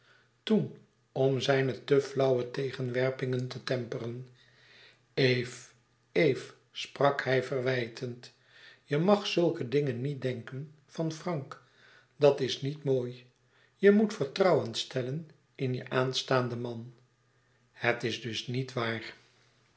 toen om zijne te flauwe tegenwerpingen te temperen eve eve sprak hij verwijtend je mag zulke dingen niet denken van frank dat is niet mooi je moet vertrouwen stellen in je aanstaanden man het is dus niet waar